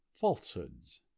falsehoods